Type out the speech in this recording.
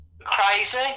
crazy